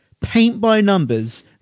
paint-by-numbers